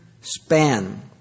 span